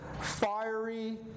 fiery